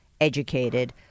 educated